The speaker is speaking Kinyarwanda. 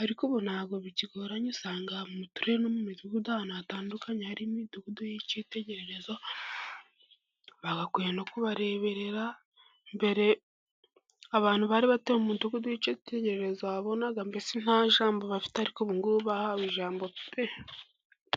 ariko ubu ntabwo bikigoranye usanga mu turere no mu midugudu ahantu hatandukanye harimo imidugudu y'icyitegererezo bagakwiye no kubareberera, mbere abantu bari batuye mu mudugudu w'icyitegererezo wabonaga mbese nta jambo bafite, ariko ubu ngubu bahawe ijambo pe!